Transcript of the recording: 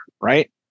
right